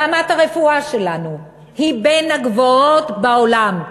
רמת הרפואה שלנו היא בין הגבוהות בעולם.